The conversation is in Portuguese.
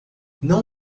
não